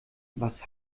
was